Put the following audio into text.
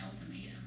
ultimatum